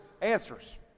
answers